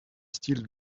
style